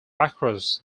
across